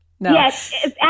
Yes